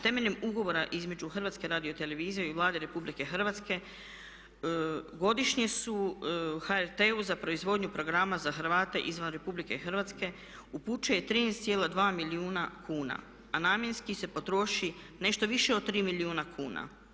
Temeljem ugovora između HRT-a i Vlade RH godišnje su HRT-u za proizvodnju programa za Hrvate izvan RH upućeni 13,2 milijuna kuna, a namjenski se potroši nešto više od 3 milijuna kuna.